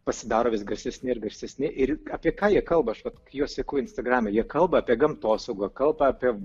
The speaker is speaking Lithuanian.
pasidaro vis garsesni ir garsesni ir apie ką jie kalba aš vat juos seku instagrame jie kalba apie gamtosaugą kalba api